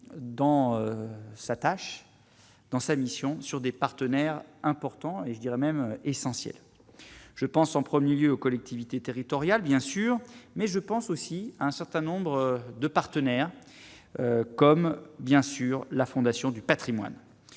dans sa tâche dans sa mission sur des partenaires importants et je dirais même essentiel, je pense en 1er lieu aux collectivités territoriales, bien sûr, mais je pense aussi un certain nombre de partenaires comme bien sûr la Fondation du Patrimoine,